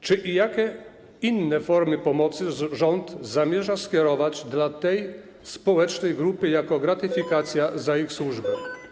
Czy i jakie inne formy pomocy rząd zamierza skierować do tej społecznej grupy jako gratyfikację za ich służbę?